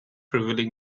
revealing